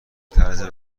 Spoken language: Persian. طرز